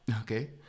okay